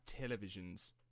televisions